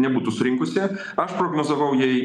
nebūtų surinkusi aš prognozavau jai